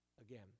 again